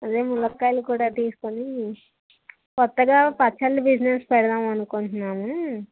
అదే మునక్కాయలు కూడా తీసుకుని కొత్తగా పచ్చళ్ళు బిజినెస్ పెడదామని అనుకుంటున్నాము